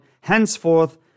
henceforth